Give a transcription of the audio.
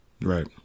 Right